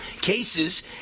cases